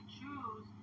choose